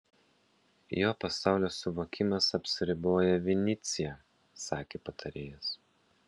jo pasaulio suvokimas apsiriboja vinycia sakė patarėjas